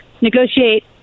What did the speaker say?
negotiate